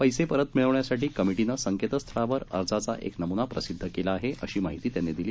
पैसे परत मिळवण्यासाठी कमिटीनं संकेतस्थळावर अर्जाचा एक नमुना प्रसिद्ध केला आहे अशी माहिती त्यांनी दिली